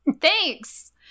Thanks